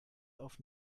auf